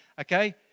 okay